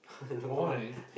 oh right